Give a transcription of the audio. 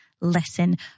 listen